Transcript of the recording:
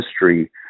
history